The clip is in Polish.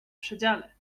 przedziale